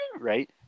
right